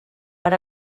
per